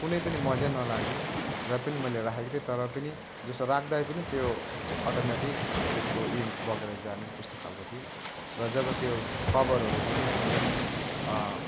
त्यो कुनै पनि मजै नलाग्ने र पनि मैले राखेको थिएँ तर पनि जस्तो राख्दै पनि अटोमेटिक त्यसको इङ्क बगेर जाने त्यस्तो खालको थियो र जब त्यो कभरहरू पनि एकदमै